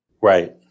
Right